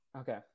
Okay